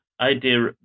idea